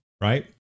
right